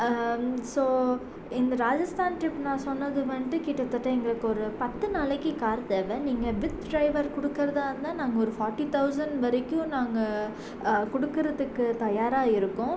so இந்த Rajasthan trip நான் சொன்னது வந்துட்டு கிட்டத்தட்ட எங்களுக்கொரு பத்து நாளைக்கு கார் தேவை நீங்கள் வித் டிரைவர் கொடுக்குறதா இருந்தால் நாங்கள் ஒரு ஃபாட்டி தௌசண்ட் வரைக்கும் நாங்கள் கொடுக்குறத்துக்கு தயாராக இருக்கோம்